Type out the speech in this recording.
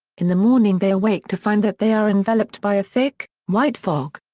in the morning they awake to find that they are enveloped by a thick, white fog.